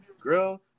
girl